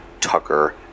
Tucker